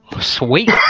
Sweet